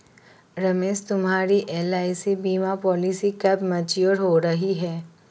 रमेश तुम्हारी एल.आई.सी बीमा पॉलिसी कब मैच्योर हो रही है?